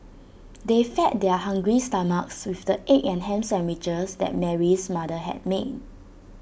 they fed their hungry stomachs with the egg and Ham Sandwiches that Mary's mother had made